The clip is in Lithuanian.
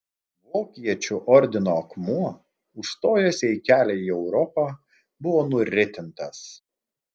vokiečių ordino akmuo užstojęs jai kelią į europą buvo nuritintas